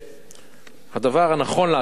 שהדבר הנכון לעשות,